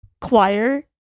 choir